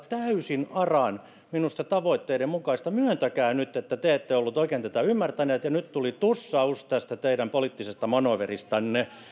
täysin aran tavoitteiden mukaista myöntäkää nyt että te te ette olleet oikein tätä ymmärtäneet ja nyt tuli tussaus tästä teidän poliittisesta manööveristänne